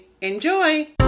Enjoy